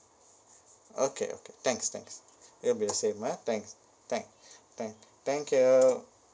okay okay thanks thanks it will be the same ah thanks thank thank thank you